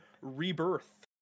Rebirth